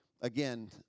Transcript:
again